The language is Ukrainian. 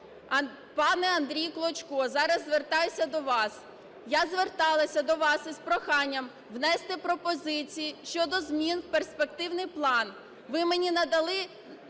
Пане Андрій Клочко, зараз звертаюся до вас. Я зверталася до вас із проханням внести пропозиції щодо змін у перспективний план. Ви мені надали